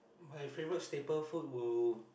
my favourite staple food will